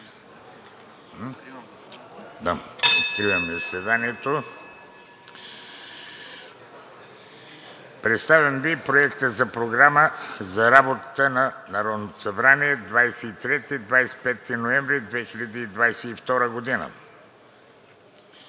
Представям Ви Проекта за програма за работата на Народното събрание 23 – 25 ноември 2022 г.: „1.